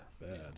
bad